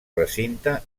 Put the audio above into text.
recinte